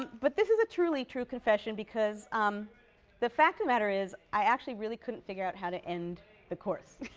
but this is a truly true confession because um the fact of the matter is, i actually really couldn't figure out how to end the course.